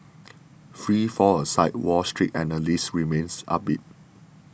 free fall aside Wall Street analysts remain upbeat